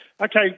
Okay